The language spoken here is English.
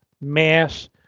Mass